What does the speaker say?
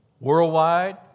Worldwide